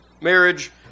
Marriage